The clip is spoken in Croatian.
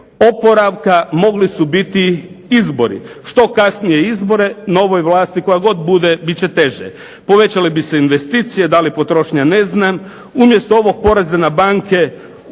oporavka mogli su biti izbori. Što kasnije izbore novoj vlasti koja god bude bit će teže. Povećale bi se investicije, da li potrošnja ne znam. Umjesto ovog poreza na banke